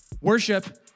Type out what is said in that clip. Worship